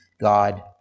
God